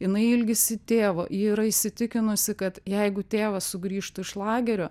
jinai ilgisi tėvo ji yra įsitikinusi kad jeigu tėvas sugrįžtų iš lagerio